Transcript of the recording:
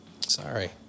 Sorry